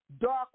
dark